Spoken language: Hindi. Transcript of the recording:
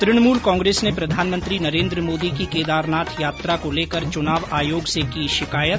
तणमूल कांग्रेस ने प्रधानमंत्री नरेन्द्र मोदी की केदारनाथ यात्रा को लेकर चुनाव आयोग से की शिकायत